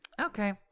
okay